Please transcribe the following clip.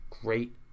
Great